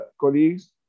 colleagues